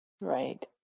Right